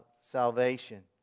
salvation